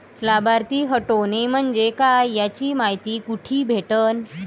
लाभार्थी हटोने म्हंजे काय याची मायती कुठी भेटन?